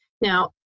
now